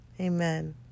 Amen